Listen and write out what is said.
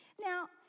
Now